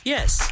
Yes